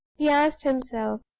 he asked himself.